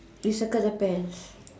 we circle the pants